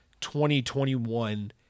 2021